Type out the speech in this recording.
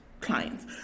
clients